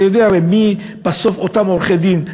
אתה יודע הרי מי בסוף אותם עורכי-דין,